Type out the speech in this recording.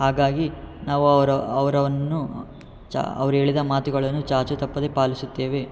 ಹಾಗಾಗಿ ನಾವು ಅವ್ರ ಅವರವನ್ನು ಚ ಅವ್ರು ಹೇಳಿದ ಮಾತುಗಳನ್ನು ಚಾಚು ತಪ್ಪದೆ ಪಾಲಿಸುತ್ತೇವೆ